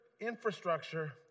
infrastructure